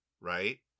right